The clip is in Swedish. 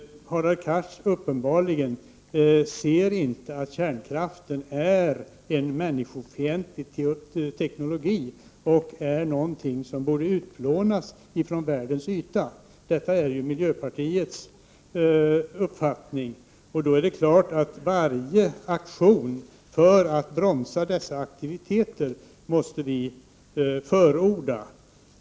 Hadar Cars ser uppenbarligen inte att kärnkraften är en människofientlig teknologi och någonting som borde utplånas från jordens yta. Detta är miljöpartiets uppfattning. Varje aktion för att bromsa dessa aktiviteter måste vi helt klart förorda.